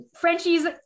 Frenchie's